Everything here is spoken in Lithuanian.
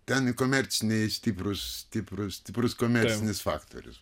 ten į komerciniai stiprus stiprus stiprus komercinis faktorius